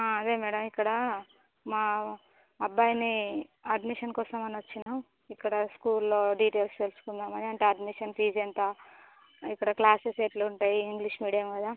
ఆ అదే మేడం ఇక్కడ మా అబ్బాయిని అడ్మిషన్ కోసం అని వచ్చినాము ఇక్కడ స్కూల్లో డీటెయిల్స్ తెలుసుకుందామని అంటే అడ్మిషన్ ఫీజు ఎంత ఇక్కడ క్లాసెస్ ఎట్లా ఉంటాయి ఇంగ్లీష్ మీడియం కదా